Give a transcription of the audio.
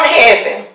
heaven